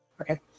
Okay